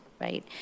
right